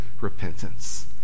repentance